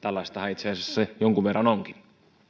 tällaistahan itse asiassa jonkin verran onkin